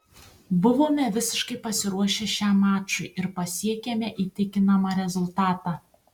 buvome visiškai pasiruošę šiam mačui ir pasiekėme įtikinamą rezultatą